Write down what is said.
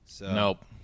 Nope